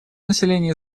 население